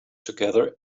together